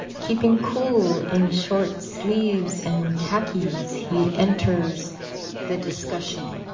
keeping cool in short sleeves and khakis, he enters the discussion.